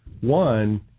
One